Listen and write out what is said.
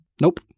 Nope